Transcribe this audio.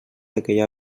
aquella